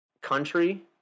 country